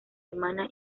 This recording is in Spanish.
hermana